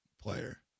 player